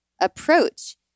approach